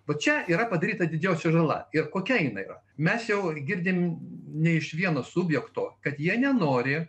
va čia yra padaryta didžiausia žala ir kokia jinai yra mes jau girdim ne iš vieno subjekto kad jie nenori